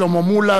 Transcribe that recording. שלמה מולה,